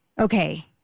okay